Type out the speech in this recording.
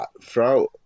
throughout